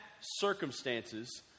circumstances